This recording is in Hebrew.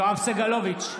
יואב סגלוביץ'